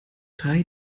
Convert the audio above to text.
drei